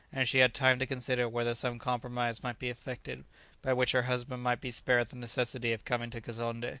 and she had time to consider whether some compromise might be effected by which her husband might be spared the necessity of coming to kazonnde.